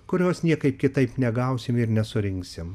kurios niekaip kitaip negausim ir nesurinksim